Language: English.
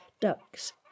ducks